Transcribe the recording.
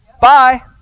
Bye